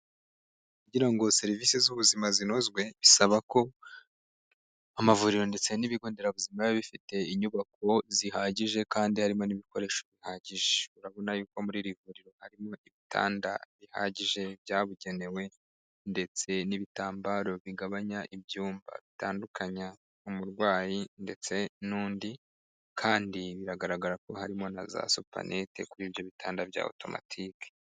Kugira ngo serivisi z'ubuzima zinozwe bisaba ko amavuriro ndetse n'ibigo nderabuzima biba bifite inyubako zihagije kandi harimo n'ibikoresho bihagije. Urabona yuko muri iri huriro harimo ibitanda bihagije byabugenewe ndetse n'ibitambaro bigabanya ibyumba bitandukanya umurwayi ndetse n'undi kandi biragaragara ko harimo na za supaneti kuri ibyo bitanda bya otomatike.